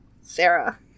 sarah